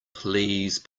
please